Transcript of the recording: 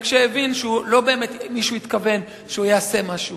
כשהבין שהוא לא באמת מתכוון שהוא יעשה משהו,